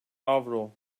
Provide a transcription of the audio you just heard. avro